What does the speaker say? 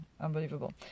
Unbelievable